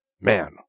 Man